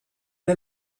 est